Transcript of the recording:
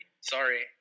sorry